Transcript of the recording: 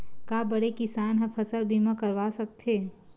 का बड़े किसान ह फसल बीमा करवा सकथे?